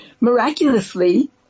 Miraculously